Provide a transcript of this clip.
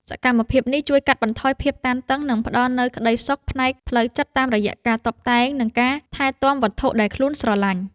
សកម្មភាពនេះជួយកាត់បន្ថយភាពតានតឹង និងផ្ដល់នូវក្ដីសុខផ្នែកផ្លូវចិត្តតាមរយៈការតុបតែង និងការថែទាំវត្ថុដែលខ្លួនស្រឡាញ់។